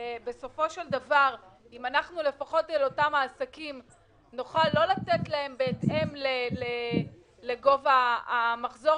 ואם נוכל לא לתת להם בהתאם לגובה המחזור